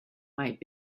might